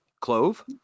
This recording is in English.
Clove